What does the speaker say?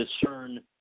discern